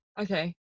Okay